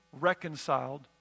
reconciled